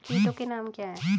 कीटों के नाम क्या हैं?